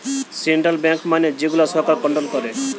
central bank মানে যে গুলা সরকার কন্ট্রোল করে